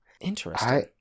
Interesting